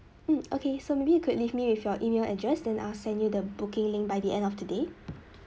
mm okay so maybe you could leave me with your email address than I'll send you the booking link by the end of today